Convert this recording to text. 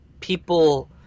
people